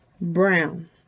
brown